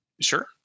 Sure